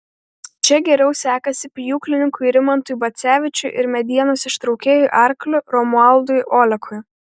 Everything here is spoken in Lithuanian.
čia geriau sekasi pjūklininkui rimantui bacevičiui ir medienos ištraukėjui arkliu romualdui olekui